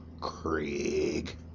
Craig